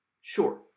Sure